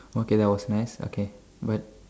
okay that was nice okay but